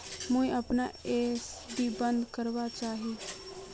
मुई अपना एफ.डी बंद करवा चहची